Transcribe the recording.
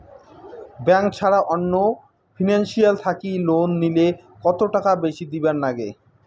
Bank ছাড়া অন্য financial থাকি লোন নিলে কতটাকা বেশি দিবার নাগে?